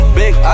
big